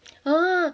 oh